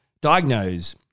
diagnose